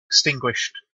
extinguished